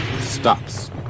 stops